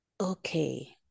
okay